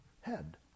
head